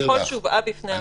ככל שהובאה בפני הוועדה".